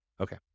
Okay